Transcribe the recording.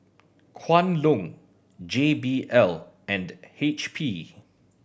Kwan Loong J B L and H P